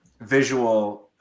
visual